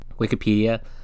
wikipedia